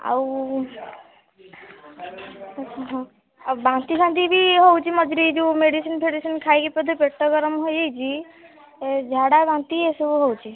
ଆଉ ହଁ ବାନ୍ତିଫାନ୍ତି ବି ହେଉଛି ମଝିରେ ଏଇ ଯେଉଁ ମେଡ଼ିସିନ୍ ଫେଡ଼ିସିନ୍ ଖାଇକି ବୋଧେ ପେଟ ଗରମ ହେଇଯାଇଛି ଏ ଝାଡ଼ାବାନ୍ତି ଏ ସବୁ ହେଉଛି